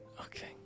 Okay